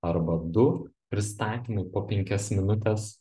arba du pristatymai po penkias minutes